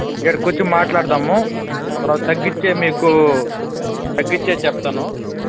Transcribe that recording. ఇక్కడకొచ్చి మాట్లాడదాము ఒక రవ్వ తగ్గిచ్చే మీకు తగ్గిచ్చే చెప్తాను